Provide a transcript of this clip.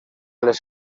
les